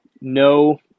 no